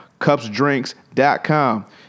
cupsdrinks.com